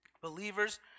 Believers